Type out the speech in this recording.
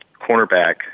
cornerback